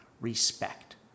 respect